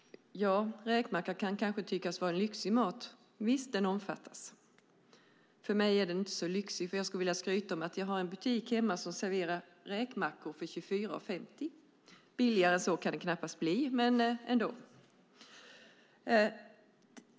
Räkmackan kan kanske tyckas vara lyxig mat, och visst, den omfattas. För mig är den dock inte så lyxig; hemma har jag en butik som serverar räkmackor för 24:50 kronor. Billigare än så kan det knappast bli.